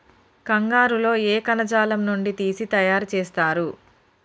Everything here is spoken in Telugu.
కంగారు లో ఏ కణజాలం నుండి తీసి తయారు చేస్తారు?